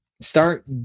start